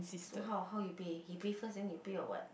so how how you pay he pay first then you pay or what